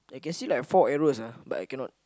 I can see like four arrows ah but I cannot